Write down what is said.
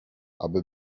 aby